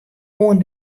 oan